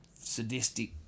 Sadistic